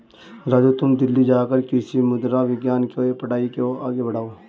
राजू तुम दिल्ली जाकर कृषि मृदा विज्ञान के पढ़ाई को आगे बढ़ाओ